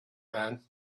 man